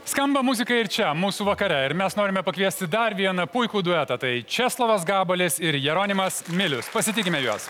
skamba muzika ir čia mūsų vakare ir mes norime pakviesti dar vieną puikų duetą tai česlovas gabalis ir jeronimas milius pasitikime juos